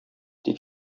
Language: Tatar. тик